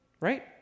Right